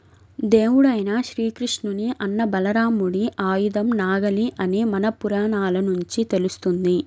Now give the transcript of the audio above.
దేవుడైన శ్రీకృష్ణుని అన్న బలరాముడి ఆయుధం నాగలి అని మన పురాణాల నుంచి తెలుస్తంది